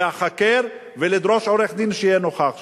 להיחקר ולדרוש עורך-דין שיהיה נוכח שם.